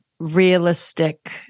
realistic